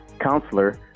counselor